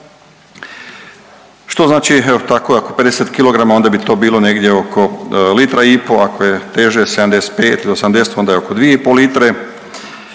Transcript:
evo tako ako 50 kg onda bi to bilo negdje oko litra i po, ako je teže 75 do 80 onda je oko 2,5 litre